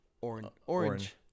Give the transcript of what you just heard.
orange